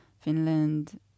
Finland